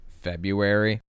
February